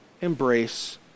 embrace